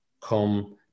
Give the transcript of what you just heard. come